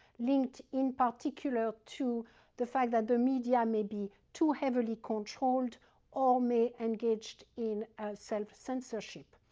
linked in particular to the fact that the media may be too heavily controlled or may engage in self-censorship,